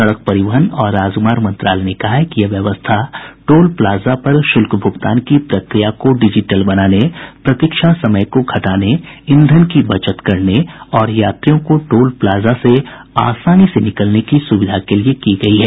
सड़क परिवहन और राजमार्ग मंत्रालय ने कहा है कि यह व्यवस्था टोल प्लाजा पर शुल्क भुगतान की प्रक्रिया को डिजिटल बनाने प्रतीक्षा समय को घटाने ईंधन की बचत करने और यात्रियों को टोल प्लाजा से आसानी से निकलने की सुविधा के लिए की गई है